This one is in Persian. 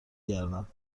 گردم